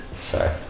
Sorry